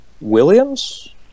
Williams